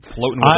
floating